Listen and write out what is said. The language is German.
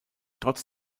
trotz